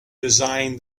design